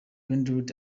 rendered